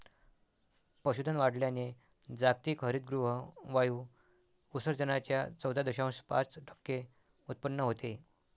पशुधन वाढवल्याने जागतिक हरितगृह वायू उत्सर्जनाच्या चौदा दशांश पाच टक्के उत्पन्न होते